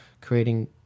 creating